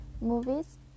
movies